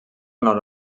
nord